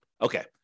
Okay